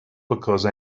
because